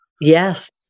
Yes